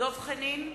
דב חנין,